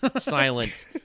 silence